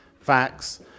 facts